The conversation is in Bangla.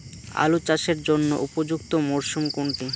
আলু চাষের জন্য উপযুক্ত মরশুম কোনটি?